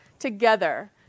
together